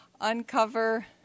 uncover